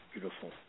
Beautiful